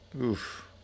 oof